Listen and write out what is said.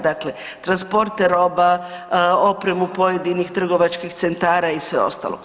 Dakle, transporte roba, opremu pojedinih trgovačkih centara i sve ostalo.